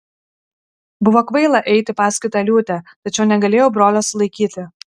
buvo kvaila eiti paskui tą liūtę tačiau negalėjau brolio sulaikyti